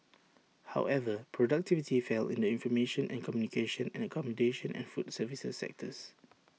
however productivity fell in the information and communications and accommodation and food services sectors